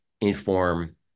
inform